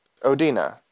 Odina